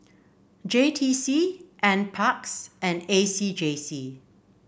J T C NParks and A C J C